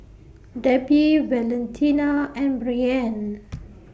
Debi Valentina and Breann